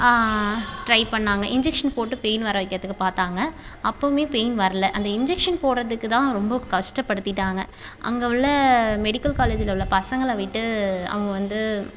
try பண்ணாங்க injection போட்டு pain வர வைக்கிறதுக்கு பார்த்தாங்க அப்போவுமே பெயின் வரல அந்த இன்ஜெக்ஷன் போடுறதுக்கு தான் ரொம்ப கஷ்டப்படுத்திட்டாங்க அங்கே உள்ள மெடிக்கல் காலேஜில் உள்ள பசங்களை விட்டு அவங்க வந்து